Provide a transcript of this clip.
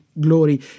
glory